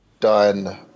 Done